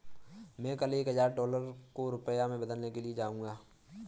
मैं कल एक हजार डॉलर को रुपया में बदलने के लिए जाऊंगा